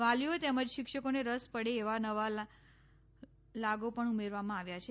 વાલીઓ તેમજ શિક્ષકોને રસ પડે એવા નવા લાગો પણ ઉમેરવામાં આવ્યા છે